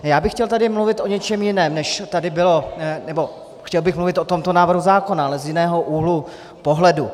Já bych chtěl tady mluvit o něčem jiném, než tady bylo nebo chtěl bych mluvit o tomto návrhu zákona, ale z jiného úhlu pohledu.